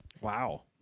Wow